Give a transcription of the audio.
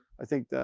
i think,